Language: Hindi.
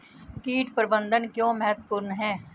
कीट प्रबंधन क्यों महत्वपूर्ण है?